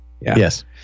Yes